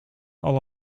alle